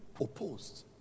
opposed